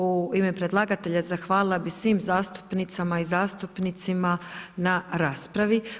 U ime predlagatelja zahvalila bih svim zastupnicama i zastupnicima na raspravi.